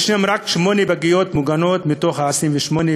יש רק שמונה פגיות ממוגנות ב-28,